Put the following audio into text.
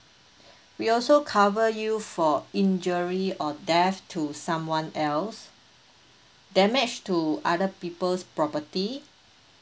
we also cover you for injury or death to someone else damage to other people's property